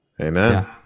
Amen